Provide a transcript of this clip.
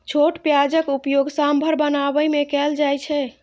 छोट प्याजक उपयोग सांभर बनाबै मे कैल जाइ छै